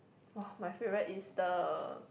!wah! my favourite is the